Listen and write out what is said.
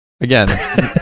Again